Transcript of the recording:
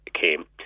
came